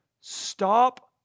stop